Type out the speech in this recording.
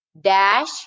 dash